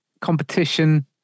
competition